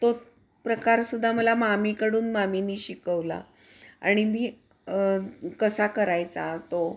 तो प्रकार सुद्धा मला मामीकडून मामीने शिकवला आणि मी कसा करायचा तो